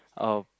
oh